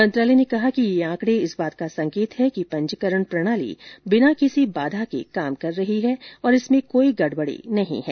मंत्रालय ने कहा यह आंकडे इस बात का संकेत हैं पंजीकरण प्रणाली बिना किसी बाधा के काम कर रही है और इसमें कोई गडबडी नहीं है